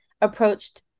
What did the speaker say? approached